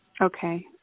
Okay